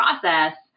process